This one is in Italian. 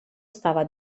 stava